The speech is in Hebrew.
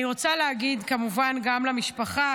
אני רוצה להגיד כמובן גם למשפחה,